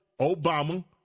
Obama